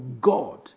God